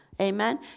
amen